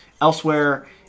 Elsewhere